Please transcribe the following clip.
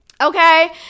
Okay